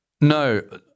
No